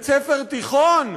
בית-ספר תיכון,